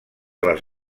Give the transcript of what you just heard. les